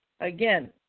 again